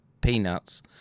peanuts